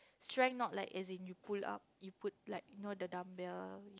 strength not like is in you pull up you put the like dumbbell